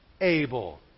able